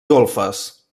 golfes